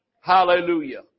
Hallelujah